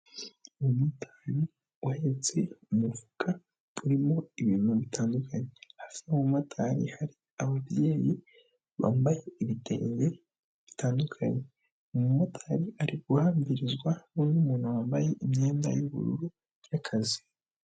Umumotari wahetse umufuka urimo ibintu bitandukanye hafi y'umumotari hari ababyeyi bambaye ibitenge bitandukanye, umumotari ari guhabiririzwa n'undi muntu wambaye imyenda y'ubururu y'akazi.